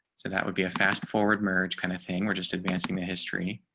so that would be a fast forward merged kind of thing. we're just advancing the history